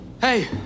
Hey